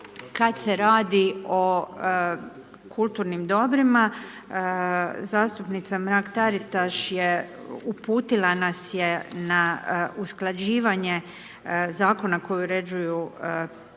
kad se radio o kulturnim dobrima. Zastupnica Mrak-Taritaš je uputila nas je na usklađivanje Zakona koji uređuju pitanje